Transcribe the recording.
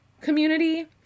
community